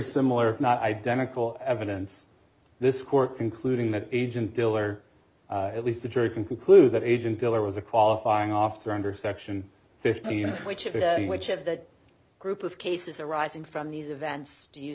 similar not identical evidence this court concluding that agent diller at least the jury can conclude that age until there was a qualifying officer under section fifteen which of that group of cases arising from these events do you